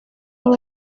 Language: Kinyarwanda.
baba